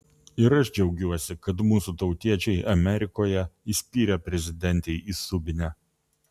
ir aš džiaugiuosi kad mūsų tautiečiai amerikoje įspyrė prezidentei į subinę